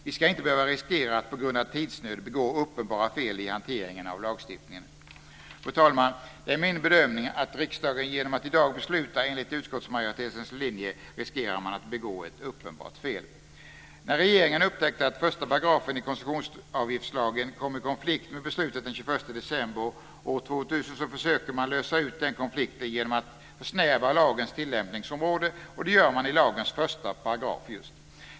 Vi ska inte behöva riskera att begå uppenbara fel i hanteringen av lagstiftningen på grund av tidsnöd. Fru talman! Det är min bedömning att riksdagen riskerar att begå ett uppenbart fel genom att i dag besluta enligt utskottsmajoritetens linje. När regeringen upptäckte att 1 § i koncessionsavgiftslagen kom i konflikt med beslutet den 21 december år 2000 försökte man lösa den konflikten genom att försnäva lagens tillämpningsområde, och det gör man i lagens 1 §.